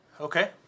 Okay